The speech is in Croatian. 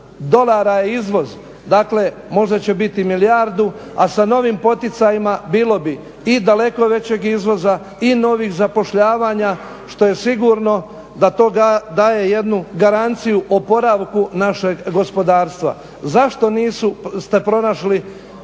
dolara je izvoz, dakle možda će biti milijardu, a sa novim poticajima bilo bi i daleko većeg izvoza i novih zapošljavanja što je sigurno da to daje jednu garanciju oporavku našeg gospodarstva. Zašto niste pronašli